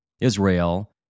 Israel